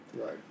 Right